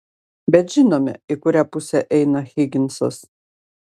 bet žinome į kurią pusę eina higinsas